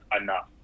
enough